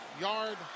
yard